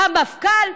המפכ"ל,